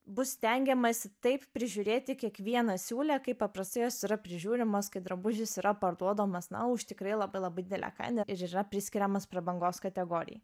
bus stengiamasi taip prižiūrėti kiekvieną siūlę kaip paprastai jos yra prižiūrimos kai drabužis yra parduodamas na už tikrai labai labai didelę kainą ir yra priskiriamas prabangos kategorijai